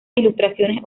ilustraciones